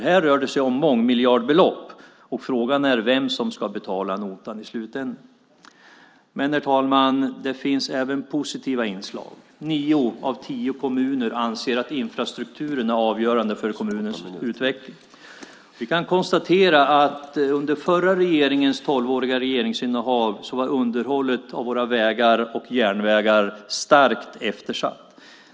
Här rör det sig om mångmiljardbelopp, och frågan är vem som ska betala notan i slutändan. Herr talman! Det finns även positiva inslag. Nio av tio kommuner anser att infrastrukturen är avgörande för kommunens utveckling. Vi kan konstatera att under förra regeringens tolvåriga regeringsinnehav var underhållet av våra vägar och järnvägar starkt eftersatt.